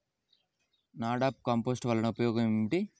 NADEP compost వలన ఉపయోగం ఏమిటి?